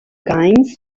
games